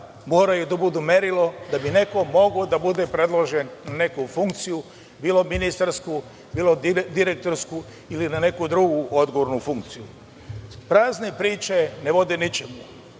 moraju da budu merilo da bi neko mogao da bude predložen na neku funkciju bilo ministarsku, bilo direktorsku ili na neku drugu odgovornu funkciju. Prazne priče ne vode ničemu.